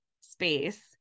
space